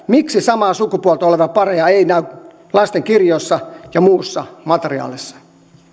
miksi samaa sukupuolta olevia pareja ei ei näy lastenkirjoissa ja muussa materiaalissa